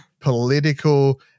political